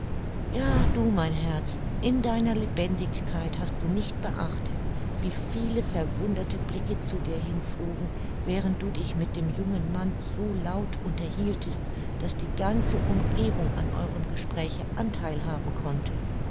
ja du mein herz in deiner lebendigkeit hast du nicht beachtet wie viele verwunderte blicke zu dir hinflogen während du dich mit dem jungen mann so laut unterhieltest daß die ganze umgebung an eurem gespräche antheil haben konnte